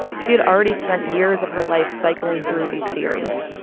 she had already spent years of her life cycling through these theories.